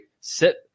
Sit